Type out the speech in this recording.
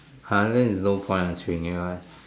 !huh! then there's no point answering it right